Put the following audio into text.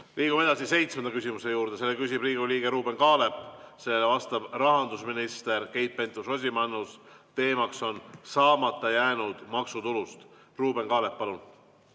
Liigume edasi seitsmenda küsimuse juurde. Selle küsib Riigikogu liige Ruuben Kaalep, sellele vastab rahandusminister Keit Pentus-Rosimannus. Teema on saamata jäänud maksutulu. Ruuben Kaalep, palun!